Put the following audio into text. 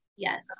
Yes